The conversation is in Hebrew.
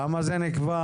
למה זה נקבע,